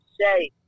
say